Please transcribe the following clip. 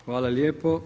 Hvala lijepo.